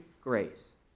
grace